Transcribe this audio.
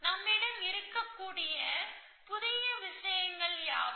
நம்மிடம் இருக்கக்கூடிய புதிய விஷயங்கள் யாவை